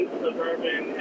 suburban